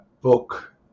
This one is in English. book